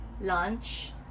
lunch